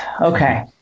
Okay